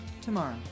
tomorrow